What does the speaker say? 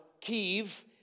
Kiev